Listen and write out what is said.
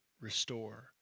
restore